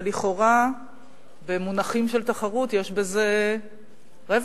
ולכאורה במונחים של תחרות יש בזה רווח,